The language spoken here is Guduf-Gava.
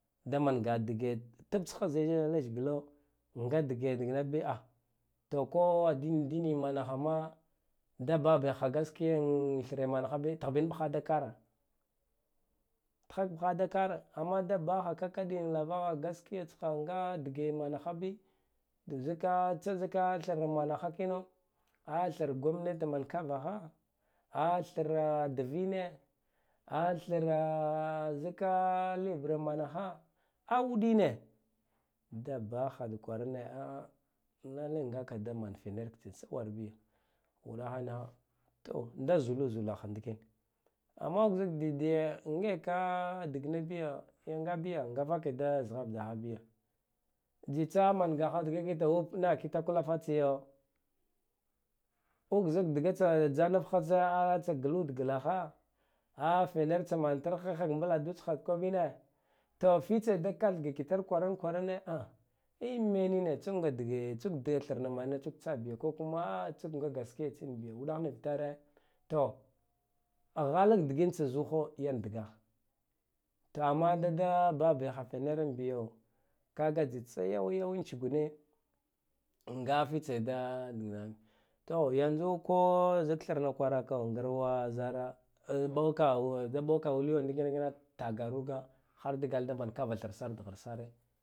Damangaha dge zheshglo nga dige diknabiyo to ko adin adina manahama da babaha gaskiyan thremanaghabi tghbin mɓgha da kara tghak mɓgha da kara amma da baha kakaɗiyan lavagha gaskiyatskha nga dge manhabi zika tszika thra managha kino a thr gomente mankaraha a thra dvine a thra zika lebra manha a wuɗine dabaghad kwarane a'a nema ngaka daman filak tstsawarbiyo uɗaha nikha to dazwu zulaha ndiken amman uk zik didiye ngeka diknabiyo ngabiyo nga vake da zghafdaha biyo tsitsa mangaha kitakula fatsiyo ukzik dgatsa tsanafghatsi tsa glud glaha a faner tsaman tarhehak mbladugh tsda koɓine to fitse da kathgi tar kwaran kwarane ah imenine tsungidge tsuk de thrna mana manina tsuk tsabiyo a ko kana tsuk nga gaskiya tsinbiyo uɗagh nivtare to ghalak digitsa zugha yan dagh to amma da daa bah bagha feneram biyo kago tsetsan yauyawa tsugune anga fifsa da to yanzu ko zik thrna kwarako ngrwa zara amɓoka da ɓoka wuuwa takawude har dgal da mankava thrsar dgharsare